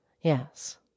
Yes